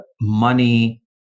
money